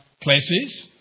places